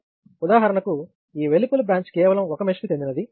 ఉదాహరణకు ఈ వెలుపలి బ్రాంచ్ కేవలం ఒక మెష్కు చెందినది